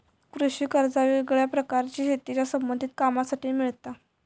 कृषि कर्जा वेगवेगळ्या प्रकारची शेतीच्या संबधित कामांसाठी मिळता